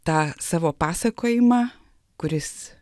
tą savo pasakojimą kuris